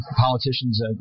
Politicians